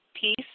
peace